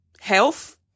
health